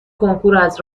کنکوراز